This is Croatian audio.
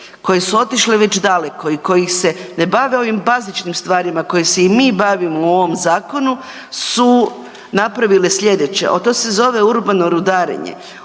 koje su otišle već daleko i kojih se ne bave ovim bazičnim stvarima kojim se mi bavimo u ovom zakonu su napravile sljedeće, to se zove urbano rudarenje.